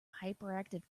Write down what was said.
hyperactive